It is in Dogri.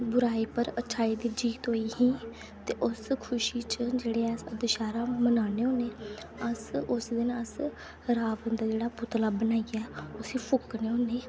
बुराई पर अच्छाई दी जीत होई ही ते उस खुशी च जेह्ड़े अस दशैहरा मनाने होन्ने अस उस दिन अस रावण दा जेह्ड़ा पुतला बनाइयै फूकने होन्ने